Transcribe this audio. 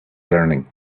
learning